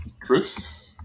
Chris